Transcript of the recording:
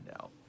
out